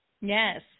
Yes